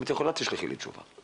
אם את יכולה תשלחי לי תשובה.